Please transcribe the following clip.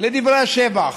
לדברי השבח.